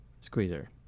Squeezer